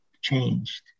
changed